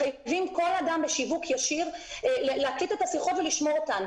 מחייבים כל אדם בשיווק ישיר להקליט את השיחות ולשמור אותן.